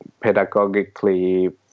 pedagogically